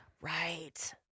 Right